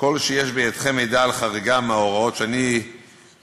ככל שיש בידיכם מידע על חריגה מההוראות שאני ציינתי,